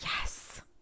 yes